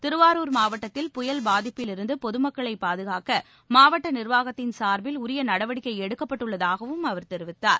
திருவாரூர் மாவட்டத்தில் புயல் பாதிப்பிலிருந்து பொது மக்களை பாதுகாக்க மாவட்ட நிர்வாகத்தின் சார்பில் உரிய நடவடிக்கை எடுக்கப்பட்டதாகவும் அவர் தெரிவித்தார்